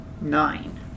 Nine